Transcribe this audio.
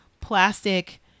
plastic